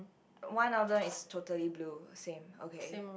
one of them is totally blue same okay